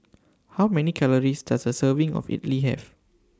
How Many Calories Does A Serving of Idili Have